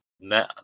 now